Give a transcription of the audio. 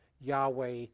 Yahweh